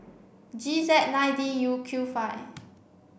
G Z nine D Q five